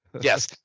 yes